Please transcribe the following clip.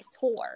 tour